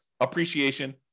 appreciation